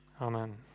Amen